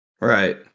Right